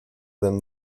than